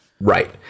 Right